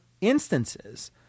instances